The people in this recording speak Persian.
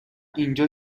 اینجا